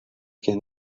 can